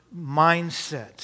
mindset